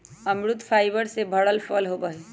अमरुद फाइबर से भरल फल होबा हई